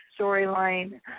storyline